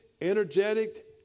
energetic